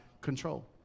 control